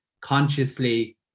consciously